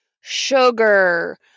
sugar